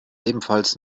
ebenfalls